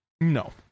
No